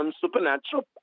supernatural